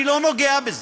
אני לא נוגע בזה.